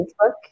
Facebook